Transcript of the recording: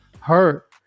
hurt